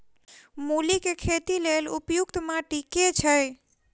मूली केँ लेल उपयुक्त माटि केँ छैय?